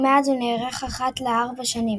ומאז הוא נערך אחת לארבע שנים,